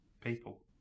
people